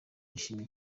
yashimiye